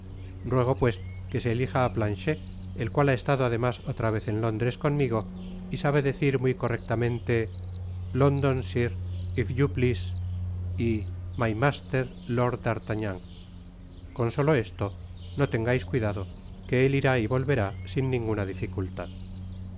ruego pues que se elija á planchet el cual ha estado además otra vez en londres conmigo y sabe decir muy correctamente london sir if yoll please y my masier lord d'artagnan con solo esto no tengais cuidado que él'irá y volverá sin ninguna dificultad